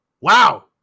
Wow